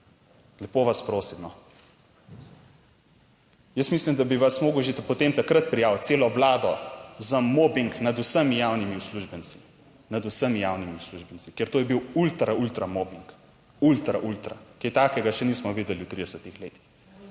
Lepo vas prosim, no. Jaz mislim, da bi vas moral že potem takrat prijaviti celo Vlado za mobing nad vsemi javnimi uslužbenci, nad vsemi javnimi uslužbenci, ker to je bil ultra ultra mobing. Ultra, ultra. Kaj takega še nismo videli v 30 letih,